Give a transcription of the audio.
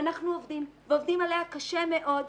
אנחנו עובדים ועובדים עליה קשה מאוד.